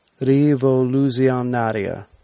rivoluzionaria